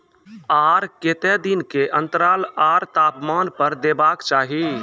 आर केते दिन के अन्तराल आर तापमान पर देबाक चाही?